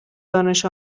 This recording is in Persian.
دانش